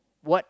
what